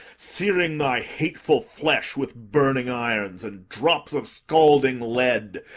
searing thy hateful flesh with burning irons and drops of scalding lead,